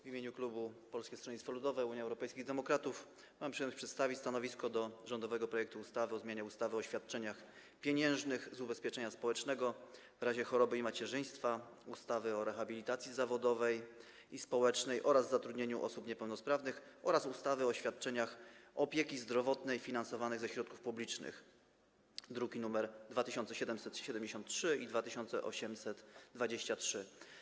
W imieniu klubu Polskiego Stronnictwa Ludowego - Unii Europejskich Demokratów mam przyjemność przedstawić stanowisko wobec rządowego projektu ustawy o zmianie ustawy o świadczeniach pieniężnych z ubezpieczenia społecznego w razie choroby i macierzyństwa, ustawy o rehabilitacji zawodowej i społecznej oraz zatrudnianiu osób niepełnosprawnych oraz ustawy o świadczeniach opieki zdrowotnej finansowanych ze środków publicznych, druki nr 2773 i 2823.